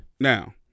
now